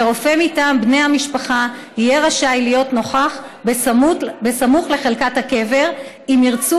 ורופא מטעם בני המשפחה יהיה רשאי להיות נוכח סמוך לחלקת הקבר אם ירצו